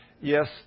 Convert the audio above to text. yes